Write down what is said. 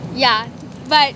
yeah but